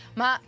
ma